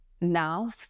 now